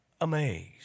amazed